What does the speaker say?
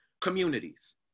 communities